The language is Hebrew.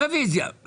רוויזיה.